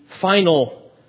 final